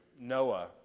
Noah